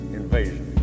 invasion